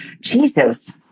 Jesus